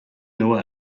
know